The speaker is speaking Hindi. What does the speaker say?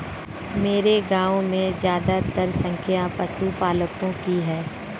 मेरे गांव में ज्यादातर संख्या पशुपालकों की है